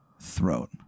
throat